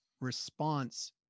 response